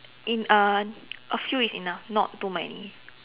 in uh a few is enough not too many